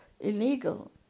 illegal